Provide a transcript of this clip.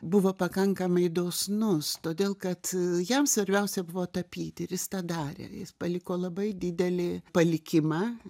buvo pakankamai dosnus todėl kad jam svarbiausia buvo tapyti ir jis tą darė jis paliko labai didelį palikimą